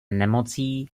nemocí